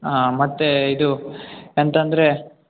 ಹಾಂ ಮತ್ತೆ ಇದು ಎಂತಂದ್ರೆ